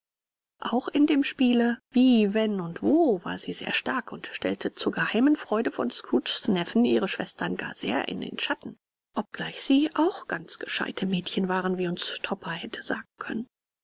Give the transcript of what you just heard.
auch in dem spiele wie wenn und wo war sie sehr stark und stellte zur geheimen freude von scrooges neffen ihre schwestern gar sehr in schatten obgleich sie auch ganz gescheite mädchen waren wie uns topper hätte sagen können